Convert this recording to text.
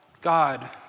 God